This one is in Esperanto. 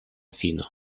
fino